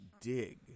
dig